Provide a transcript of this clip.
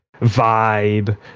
vibe